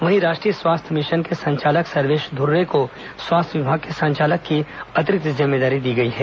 वहीं राष्ट्रीय स्वास्थ्य मिशन के संचालक सर्वेश ध्रे को स्वास्थ्य विभाग के संचालक की अतिरिक्त जिम्मेदारी दी गई है